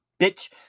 Bitch